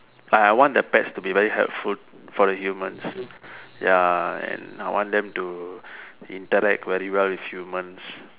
like I want the pets to be very helpful for the humans ya and I want them to interact very well with humans